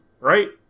right